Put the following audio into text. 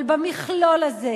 אבל במכלול הזה,